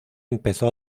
empezó